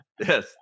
Yes